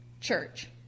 church